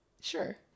Sure